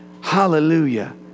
Hallelujah